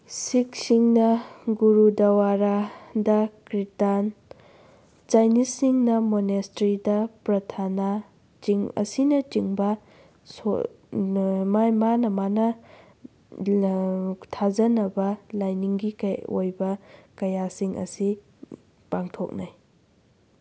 ꯁꯤꯈꯁꯤꯡꯅ ꯒꯨꯔꯨꯗꯋꯥꯔꯥꯗ ꯀꯤꯔꯇꯥꯟ ꯆꯥꯏꯅꯤꯖꯁꯤꯡꯅ ꯃꯣꯅꯦꯁꯇ꯭ꯔꯤꯗ ꯄ꯭ꯔꯊꯅꯥ ꯑꯁꯤꯅꯆꯤꯡꯕ ꯃꯥꯅ ꯃꯥꯅ ꯊꯥꯖꯅꯕ ꯂꯥꯏꯅꯤꯡꯒꯤ ꯑꯣꯏꯕ ꯀꯌꯥꯁꯤꯡ ꯑꯁꯤ ꯄꯥꯡꯊꯣꯛꯅꯩ